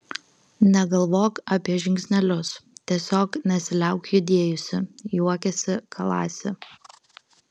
negalvok apie žingsnelius tiesiog nesiliauk judėjusi juokėsi kalasi